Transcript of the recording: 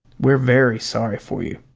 we're very sorry for you.